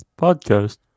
podcast